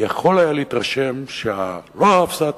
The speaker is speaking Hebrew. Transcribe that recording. יכול היה להתרשם שלא אפסה התקווה,